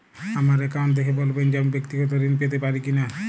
আমার অ্যাকাউন্ট দেখে বলবেন যে আমি ব্যাক্তিগত ঋণ পেতে পারি কি না?